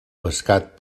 pescat